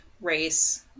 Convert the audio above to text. race